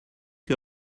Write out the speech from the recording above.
que